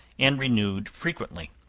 and renewed frequently.